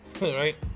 right